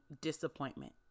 disappointment